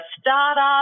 startup